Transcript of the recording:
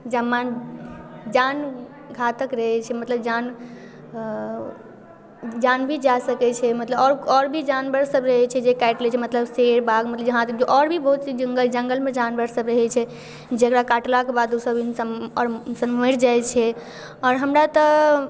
जमन जानघातक रहै छै मतलब जान जान भी जा सकै छै मतलब आओर भी जानवर सब रहै छै जे काटि लै छै मतलब शेर बाघ मतलब जहाँ देखियौ आओर भी बहुत ही जङ्गल जङ्गलमे जानवर सब रहै छै जकरा काटलाके बाद ओसब आओर मरि जाइ छै आओर हमरा तऽ